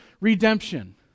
redemption